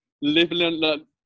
living